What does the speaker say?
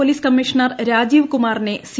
police commissioner ർാജീവ്കുമാറിനെ C